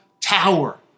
tower